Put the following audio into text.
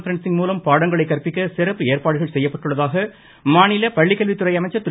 பரன்சிங்மூலம் பாடங்களை கற்பிக்க சிறப்பு ஏற்பாடு செய்யப்பட்டுள்ளதாக மாநில பள்ளிக்கல்வித்துறை அமைச்சர் திரு